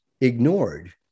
ignored